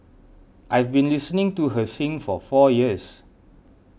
I've been listening to her sing for four years